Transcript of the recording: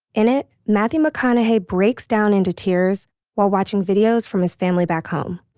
in it, matthew mcconaughey breaks down into tears while watching videos from his family back home